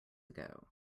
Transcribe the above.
ago